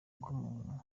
bw’umuntu